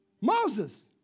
Moses